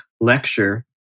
lecture